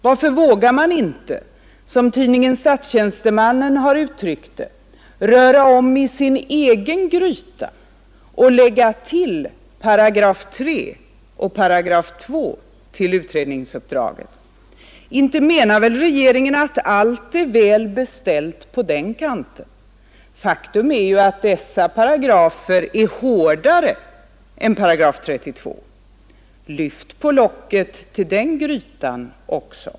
Varför vågar man inte, som tidningen Statstjänstemannen har uttryckt det, röra om i sin egen gryta och lägga § 3 och § 2 till utredningsuppdraget? Inte menar väl regeringen att allt är väl beställt på den kanten? Faktum är ju att dessa paragrafer är hårdare än § 32. Lyft på locket tul den grytan också!